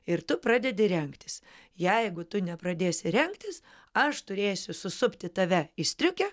ir tu pradedi rengtis jeigu tu nepradėsi rengtis aš turėsiu susupti tave į striukę